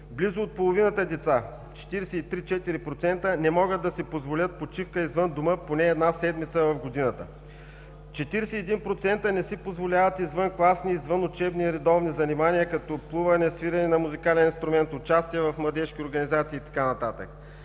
Близо от половината деца – 43-44%, не могат да си позволят почивка извън дома поне една седмица в годината. 41% не си позволяват извънкласни, извънучебни редовни занимания като плуване, свирене на музикален инструмент, участие в младежки организации и така